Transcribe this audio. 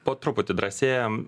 po truputį drąsėjam